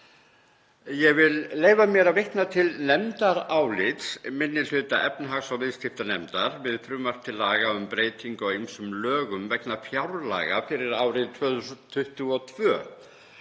Ég vil leyfa mér að vitna til nefndarálits minni hluta efnahags- og viðskiptanefndar við frumvarp til laga um breytingu á ýmsum lögum vegna fjárlaga fyrir árið 2022,